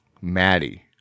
maddie